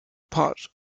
part